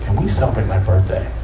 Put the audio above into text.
we celebrate my birthday?